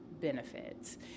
benefits